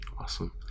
Awesome